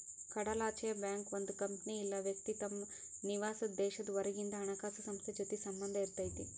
ಕಡಲಾಚೆಯ ಬ್ಯಾಂಕ್ ಒಂದ್ ಕಂಪನಿ ಇಲ್ಲಾ ವ್ಯಕ್ತಿ ತಮ್ ನಿವಾಸಾದ್ ದೇಶದ್ ಹೊರಗಿಂದ್ ಹಣಕಾಸ್ ಸಂಸ್ಥೆ ಜೊತಿ ಸಂಬಂಧ್ ಇರತೈತಿ